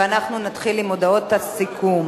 אנחנו נתחיל עם הודעות הסיכום.